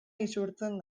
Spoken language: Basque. isurtzen